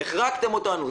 החרגתם אותנו,